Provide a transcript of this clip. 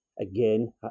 again